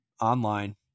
online